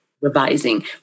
revising